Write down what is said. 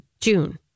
June